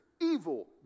evil